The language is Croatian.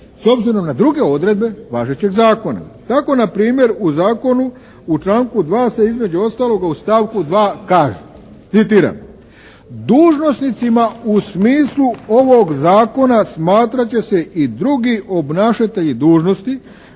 s obzirom na druge odredbe važećeg Zakona. Tako npr. u Zakonu u članku 2. se između ostaloga u stavku 2. kaže, citiram: "Dužnosnicima u smislu ovog Zakona smatrat će se i drugi obnašatelji dužnosti